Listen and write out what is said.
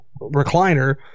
recliner